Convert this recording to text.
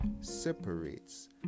separates